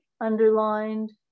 underlined